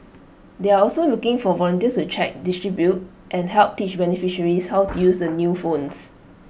they're also looking for volunteers to check distribute and help teach beneficiaries how to use the new phones